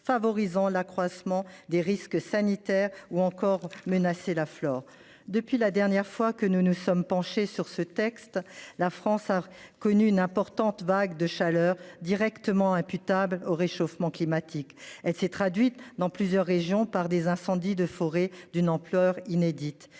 favorisant l'accroissement des risques sanitaires ou encore menacé la flore depuis la dernière fois que nous ne sommes penchés sur ce texte. La France a connu une importante vague de chaleur directement imputables au réchauffement climatique, elle s'est traduite dans plusieurs régions par des incendies de forêt, d'une ampleur inédite.